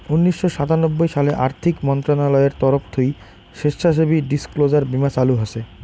উনিশশো সাতানব্বই সালে আর্থিক মন্ত্রণালয়ের তরফ থুই স্বেচ্ছাসেবী ডিসক্লোজার বীমা চালু হসে